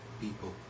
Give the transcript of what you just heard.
people